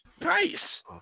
Nice